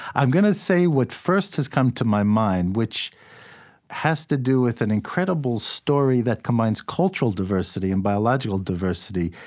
i'm going to say what first has come to my mind, which has to do with an incredible story that combines cultural diversity and biological diversity,